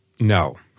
No